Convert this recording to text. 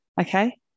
Okay